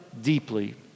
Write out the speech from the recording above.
deeply